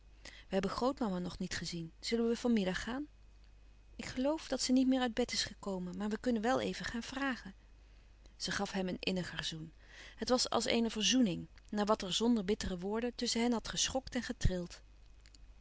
we hebben grootmama nog niet gezien zullen we van middag gaan ik geloof dat ze niet meer uit bed is gekomen maar we kunnen wel even gaan vragen zij gaf hem een inniger zoen het was als eene verzoening na wat er zonder bittere woorden tusschen hen had geschokt en getrild